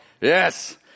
Yes